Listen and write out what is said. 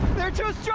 their toes.